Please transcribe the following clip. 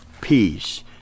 peace